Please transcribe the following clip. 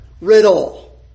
riddle